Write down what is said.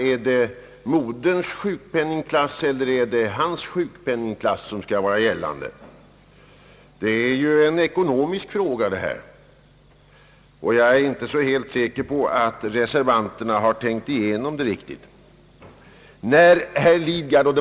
Är det moderns sjukpenningklass eller mannens sjukpenningklass som skall vara gällande? Detta är ju en ekonomisk fråga, och jag är inte så helt säker på att reservanterna riktigt tänkt igenom det hela.